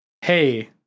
hey